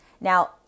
now